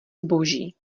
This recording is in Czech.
zboží